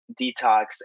Detox